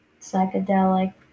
psychedelic